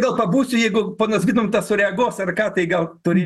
gal pabūsiu jeigu ponas gintautas sureaguos ar ką tai gal turi